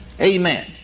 Amen